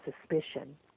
suspicion